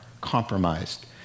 compromised